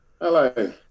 hello